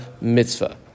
mitzvah